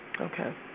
Okay